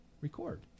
Record